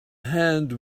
hand